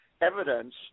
evidence